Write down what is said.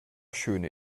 schöne